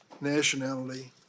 nationality